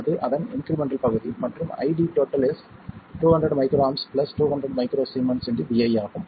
அது அதன் இன்க்ரிமெண்ட்டல் பகுதி மற்றும் ID is 200 µA 200 µS vi ஆகும்